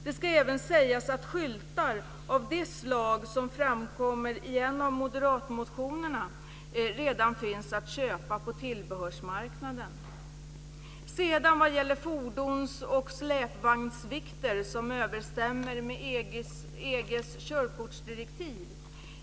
Det ska även sägas att skyltar av det slag som nämns i en av moderatmotionerna redan finns att köpa på tillbehörsmarknaden. Sedan till detta med fordons och släpvagnsvikter som överensstämmer med EG:s körkortsdirektiv.